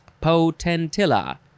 potentilla